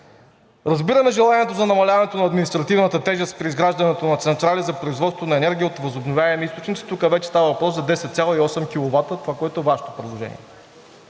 Разбираме желанието за намаляването на административната тежест при изграждането на централи за производство на енергия от възобновяеми източници. Тук вече става въпрос за 10,8 киловата – това, което е Вашето предложение.